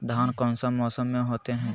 धान कौन सा मौसम में होते है?